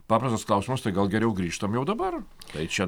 paprastas klausimas tai gal geriau grįžtam jau dabar tai čia